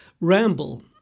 ramble